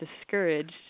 discouraged